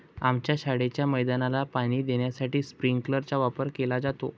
आमच्या शाळेच्या मैदानाला पाणी देण्यासाठी स्प्रिंकलर चा वापर केला जातो